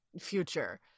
future